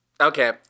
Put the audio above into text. Okay